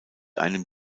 einem